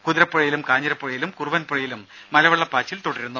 കുതിരപ്പുഴയിലും കാഞ്ഞിരപ്പുഴയിലും കുറുവൻ പുഴയിലും മലവെള്ളപാച്ചിൽ തുടരുന്നു